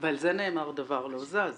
ועל זה נאמר דבר לא זז,